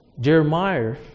Jeremiah